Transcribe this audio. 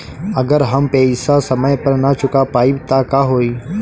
अगर हम पेईसा समय पर ना चुका पाईब त का होई?